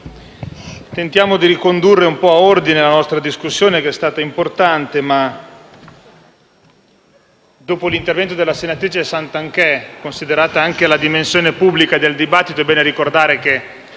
tentiamo di ricondurre a ordine la nostra discussione, che è stata importante. Dopo l'intervento della senatrice Garnero Santanchè, considerata anche la dimensione pubblica del dibattito, è bene ricordare che